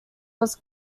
was